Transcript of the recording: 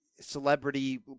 celebrity